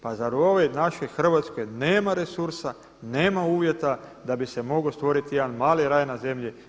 Pa zar u ovoj našoj Hrvatskoj nema resursa, nema uvjeta da bi se mogao stvoriti jedan mali raj na zemlji.